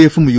എഫും യു